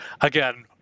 again